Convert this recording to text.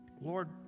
Lord